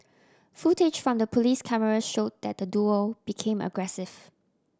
footage from the police cameras showed that the duo became aggressive